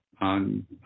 on